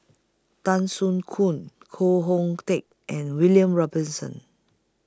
Tan Soo Khoon Koh Hoon Teck and William Robinson